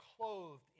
clothed